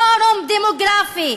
פורום דמוגרפי.